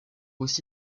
aussi